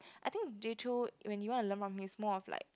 I think Jay-Chou when you want to learn more of his like